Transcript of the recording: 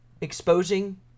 Exposing